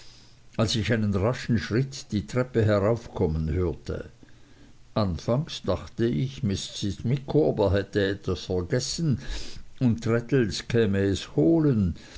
als ich einen raschen schritt die treppe heraufkommen hörte anfangs dachte ich mrs micawber hätte etwas vergessen und traddles käme es holen